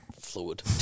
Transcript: fluid